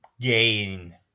gain